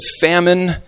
famine